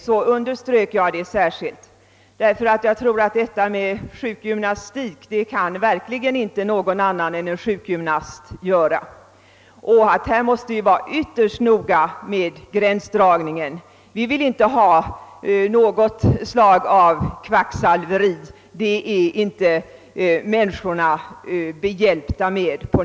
Jag underströk särskilt att ingen annan än en sjukgymnast kan ge träning i sjukgymnastik. Gränsdragningen måste göras med omsorg. Vi vill inte ha något slags kvacksalveri — det är inte människorna hjälpta med.